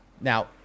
Now